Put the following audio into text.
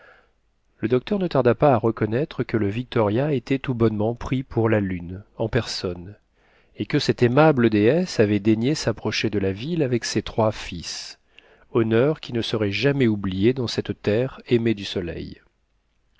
le docteur ne tarda pas à reconnaître que le victoria était tout bonnement pris pour la lune en personne et que cette aimable déesse avait daigné s'approcher de la ville avec ses trois fils honneur qui ne serait jamais oublié dans cette terre aimée du soleil